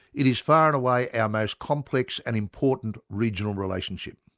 it is far and away our most complex and important regional relationship.